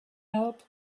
help